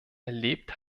erlebt